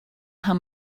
how